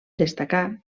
destacar